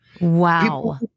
Wow